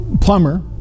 plumber